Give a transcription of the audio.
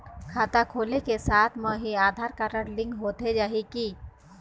खाता खोले के साथ म ही आधार कारड लिंक होथे जाही की?